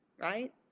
right